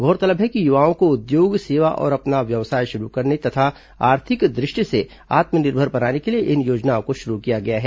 गौरतलब है कि युवाओं को उद्योग सेवा और अपना व्यवसाय शुरू करने तथा आर्थिक दुष्टि से आत्मनिर्भर बनाने के लिए इन योजनाओं को शुरू किया गया है